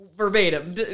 Verbatim